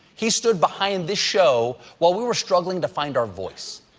he stood behind this show while we were struggling to find our voice.